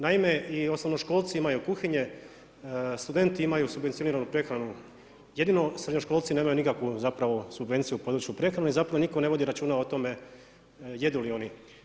Naime i osnovnoškolci imaju kuhinje, studenti imaju subvencioniranu prehranu, jedino srednjoškolci nemaju nikakvu zapravo subvenciju u području prehrane i zapravo nitko ne vodi računa o tome jedu li oni.